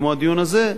כמו הדיון הזה,